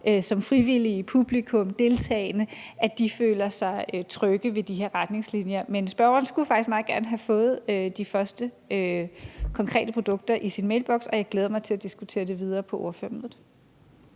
som frivillige – publikum og deltagere – føler sig trygge ved de her retningslinjer. Men spørgeren skulle faktisk meget gerne have fået de første konkrete produkter i sin mailboks, og jeg glæder mig til at diskutere det videre på ordførermødet.